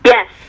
Yes